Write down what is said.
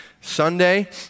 Sunday